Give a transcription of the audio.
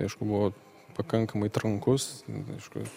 aišku buvo pakankamai trankus aišku